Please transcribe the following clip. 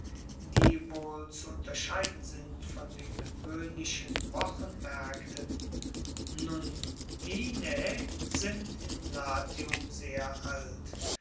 die wohl zu unterscheiden sind von den gewoehnlichen wochenmaerkten nundinae sind in latium sehr alt